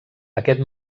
aquest